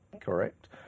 correct